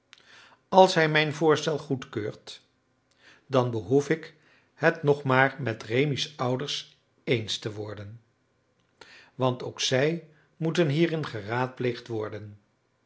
als hij mijn voorstel goedkeurt dan behoef ik het nog maar met rémi's ouders eens te worden want ook zij moeten hierin geraadpleegd worden